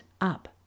up